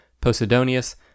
Posidonius